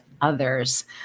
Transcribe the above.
others